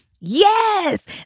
Yes